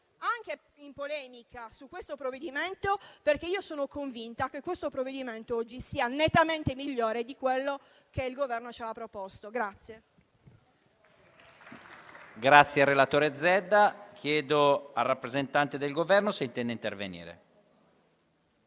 anche in polemica, su questo provvedimento, perché sono convinta che esso oggi sia nettamente migliore di quello che il Governo ci ha proposto.